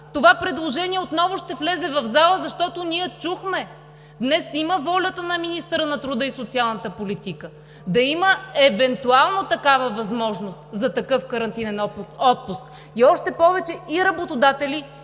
това предложение отново ще влезе в залата, защото ние чухме: днес има волята на министъра на труда и социалната политика да има евентуално такава възможност за такъв карантинен отпуск? И още повече, че и работодатели,